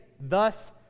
thus